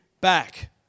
back